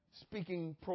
speaking